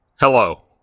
Hello